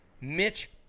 mitch